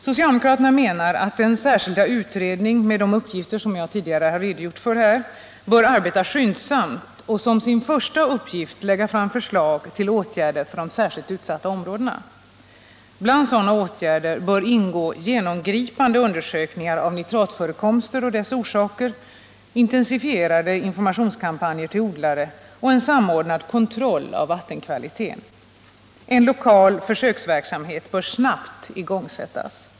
Socialdemokraterna menar att den särskilda utredning med de uppgifter som jag här tidigare redogjort för bör arbeta skyndsamt och som sin första uppgift lägga fram förslag till åtgärder för de särskilt utsatta områdena. Bland sådana åtgärder bör ingå genomgripande undersökningar av nitratförekomster och dess orsaker, intensifierade informationskampanjer till odlare och en samordnad kontroll av vattenkvaliteten. En lokal försöksverksamhet bör snabbt inrättas.